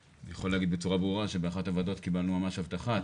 אני יכול להגיד בצורה ברורה שבאחת הוועדות קיבלנו ממש הבטחה: